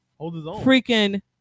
freaking